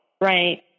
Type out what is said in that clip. Right